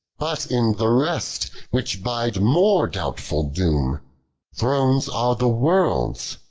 but in the rest, which bide more doubtful doom thrones are the world's,